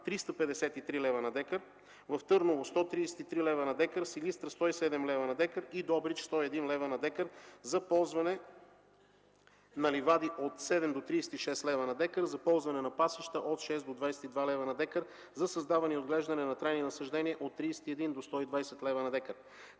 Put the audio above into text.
353 лева на декар, в Търново – 133 лева на декар, Силистра – 107 лева на декар, и Добрич – 101 лева на декар. За ползване на ливади от 7 до 36 лева на декар, за ползване на пасища от 6 до 22 лева на декар, за създаване и отглеждане на трайни насаждения от 31 до 120 лева на декар.